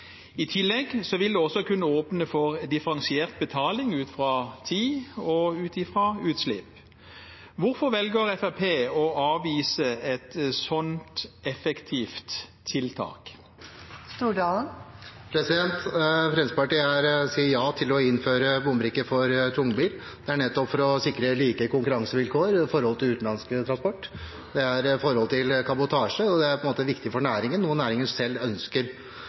I tillegg vil det også kunne åpne for differensiert betaling ut fra tid og utslipp. Hvorfor velger Fremskrittspartiet å avvise et så effektivt tiltak? Fremskrittspartiet sier ja til å innføre bombrikke for tungbil. Det er nettopp for å sikre like konkurransevilkår med hensyn til utenlandsk transport og kabotasje, og det er viktig for næringen og noe næringen selv ønsker.